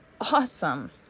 awesome